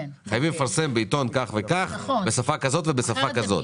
חייבים לפרסם בעיתון כך וכך בשפה כזאת ובשפה כזאת.